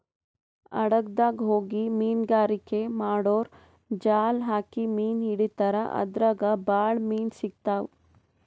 ಹಡಗ್ದಾಗ್ ಹೋಗಿ ಮೀನ್ಗಾರಿಕೆ ಮಾಡೂರು ಜಾಲ್ ಹಾಕಿ ಮೀನ್ ಹಿಡಿತಾರ್ ಅದ್ರಾಗ್ ಭಾಳ್ ಮೀನ್ ಸಿಗ್ತಾವ್